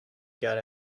got